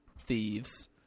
thieves